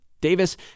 Davis